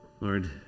Lord